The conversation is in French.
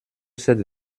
cette